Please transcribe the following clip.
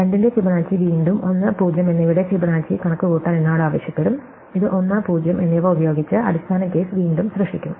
2 ന്റെ ഫിബൊനാച്ചി വീണ്ടും 1 0 എന്നിവയുടെ ഫിബൊനാച്ചി കണക്കുകൂട്ടാൻ എന്നോട് ആവശ്യപ്പെടും ഇത് 1 0 എന്നിവ ഉപയോഗിച്ച് അടിസ്ഥാന കേസ് വീണ്ടും സൃഷ്ടിക്കും